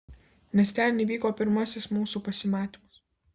nes ten įvyko pirmasis mūsų pasimatymas